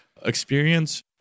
experience